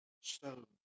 stone